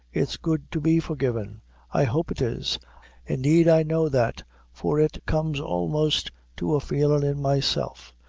it's good to be forgivin' i hope it is indeed i know that for it comes almost to a feelin' in myself.